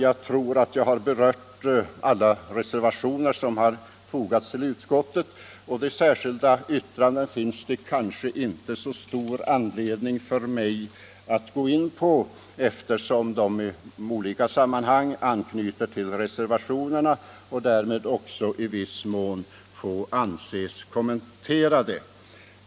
Jag tror att jag har berört alla reservationer som fogats till utskottets betänkande. De särskilda yttrandena finns det kanske inte så stor anledning för mig att gå in på, eftersom de i olika sammanhang anknyter till reservationerna och därmed också i viss mån får anses kommenterade.